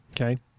okay